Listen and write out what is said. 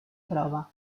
prova